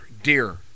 Dear